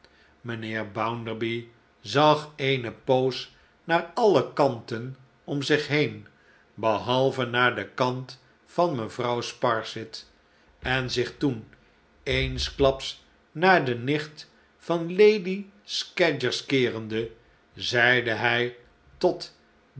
mijnheer bounderby zag eene poos naar alle kanten om zich heen behalve naar den kant van mevrouw sparsit en zich toen eensklaps naar de nicht van lady scadgers keerende zeide hi tot